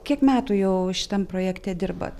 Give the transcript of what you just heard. kiek metų jau šitam projekte dirbat